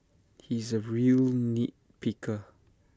he is A real nit picker